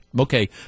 Okay